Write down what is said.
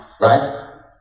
right